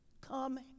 Come